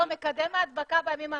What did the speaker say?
לא, מקדם ההדבקה בימים האחרונים.